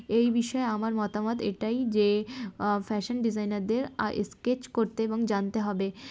এই বিষয়ে আমার মতামত এটাই যে ফ্যাশন ডিজাইনারদের স্কেচ করতে এবং জানতে হবে